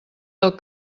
del